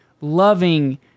loving